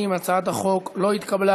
הצעת החוק לא התקבלה.